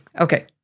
Okay